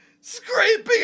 Scraping